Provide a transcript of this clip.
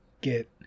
get